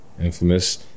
Infamous